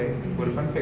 mmhmm